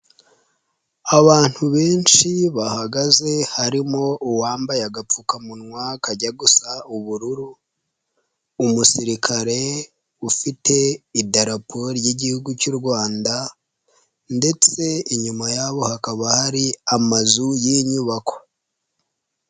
Abantu benshi bahagaze harimo uwambaye agapfukamunwa kajya gusa ubururu. Umusirikare ufite idarapo ry'igihugu cy'u Rwanda ndetse inyuma yaboho hakaba hari amazu y'inyubako.